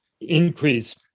increase